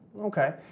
Okay